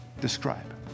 Describe